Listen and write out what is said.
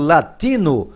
Latino